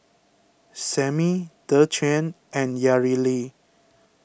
Sammie Dequan and Yareli